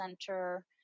center